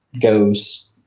goes